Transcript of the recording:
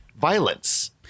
violence